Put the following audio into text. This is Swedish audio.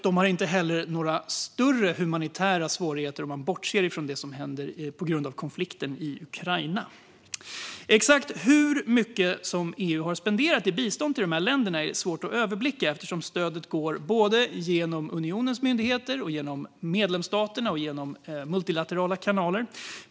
De har heller inte några större humanitära svårigheter, om man bortser från det som händer på grund av konflikten i Ukraina. Exakt hur mycket EU har spenderat i bistånd till dessa länder är svårt att överblicka eftersom stödet går genom såväl unionens myndigheter som medlemsstaterna och multilaterala kanaler.